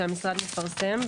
שהמשרד מפרסם,